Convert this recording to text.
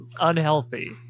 unhealthy